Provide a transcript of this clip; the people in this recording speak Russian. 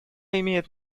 имеет